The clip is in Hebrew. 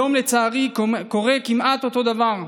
היום, לצערי, קורה כמעט אותו הדבר: